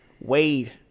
Wade